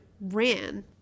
ran